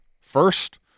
first